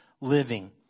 Living